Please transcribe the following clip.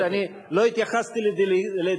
אני מתנצל, אני לא התייחסתי לדה-לגיטימציה.